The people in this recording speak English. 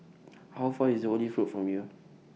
How Far IS Olive Road from here